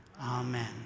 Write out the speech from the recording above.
Amen